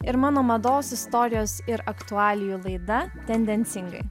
ir mano mados istorijos ir aktualijų laida tendencingai